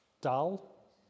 Dull